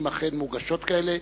אם אכן מוגשות כאלה.